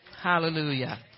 Hallelujah